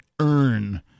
earn